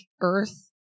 earth